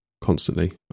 constantly